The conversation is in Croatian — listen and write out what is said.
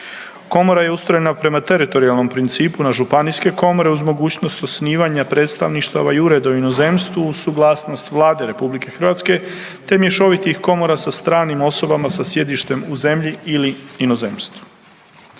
Komora je ustrojena prema teritorijalnom principu na županijske komore uz mogućnost osnivanja predstavništava i ureda u inozemstvu uz suglasnost Vlade RH, te mješovitih komora sa stranim osobama sa sjedištem u zemlji ili inozemstvu.